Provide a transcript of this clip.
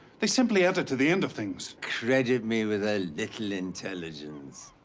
they simply add it to the end of things. credit me with a little intelligence.